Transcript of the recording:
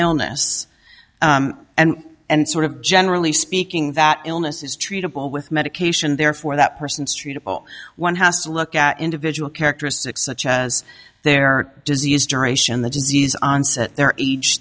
illness and and sort of generally speaking that illness is treatable with medication therefore that person is treatable one has to look at individual characteristics such as their disease duration the disease onset their age